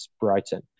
brighton